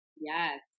Yes